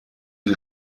die